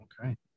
Okay